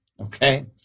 Okay